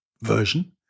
version